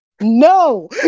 No